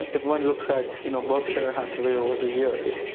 everyone looks at you know berkshire hathaway over the years.